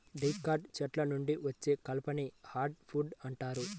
dicot చెట్ల నుండి వచ్చే కలపని హార్డ్ వుడ్ అంటారు